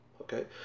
Okay